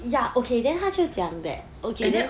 ya okay then 他就讲 that okay